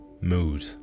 mood